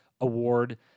award